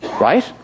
Right